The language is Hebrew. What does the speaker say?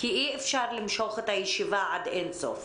כי אי אפשר למשוך את הישיבה עד אין סוף.